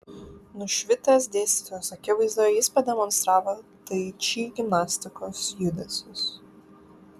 nušvitęs dėstytojos akivaizdoje jis pademonstravo tai či gimnastikos judesius